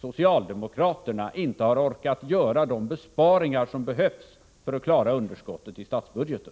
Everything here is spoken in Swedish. socialdemokraterna, inte har orkat göra de besparingar som behövs för att klara underskottet i statsbudgeten.